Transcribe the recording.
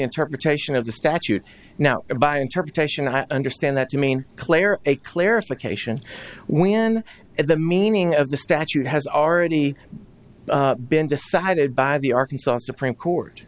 interpretation of the statute now by interpretation i understand that you mean claire a clarification when at the meaning of the statute has already been decided by the arkansas supreme court